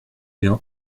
bien